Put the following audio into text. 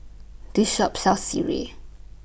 This Shop sells Sireh